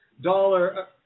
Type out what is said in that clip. dollar